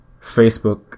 facebook